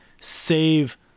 save